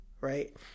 right